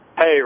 Hey